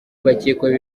bakekwaho